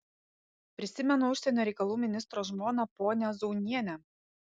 prisimenu užsienio reikalų ministro žmoną ponią zaunienę